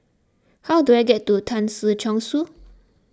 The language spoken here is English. how do I get to Tan Si Chong Su